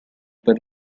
per